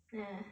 eh